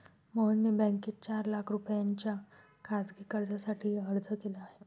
मोहनने बँकेत चार लाख रुपयांच्या खासगी कर्जासाठी अर्ज केला आहे